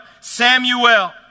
Samuel